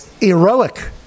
Heroic